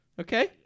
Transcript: Okay